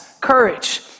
Courage